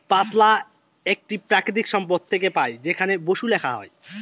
পাতলা একটি প্রাকৃতিক সম্পদ থেকে পাই যেখানে বসু লেখা হয়